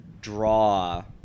draw